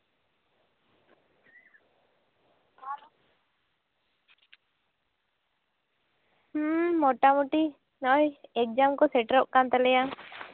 ᱦᱩᱸ ᱢᱚᱴᱟᱢᱩᱴᱤ ᱱᱚᱜᱼᱚᱭ ᱮᱠᱡᱟᱢ ᱠᱚ ᱥᱮᱴᱮᱨᱚᱜ ᱠᱟᱱ ᱛᱟᱞᱮᱭᱟ